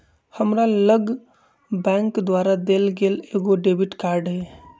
हमरा लग बैंक द्वारा देल गेल एगो डेबिट कार्ड हइ